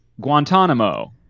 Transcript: Guantanamo